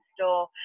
store